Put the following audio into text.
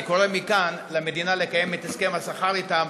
אני קורא מכאן למדינה לקיים את הסכם השכר איתם,